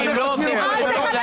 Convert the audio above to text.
--- משהו אחד.